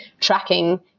tracking